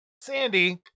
Sandy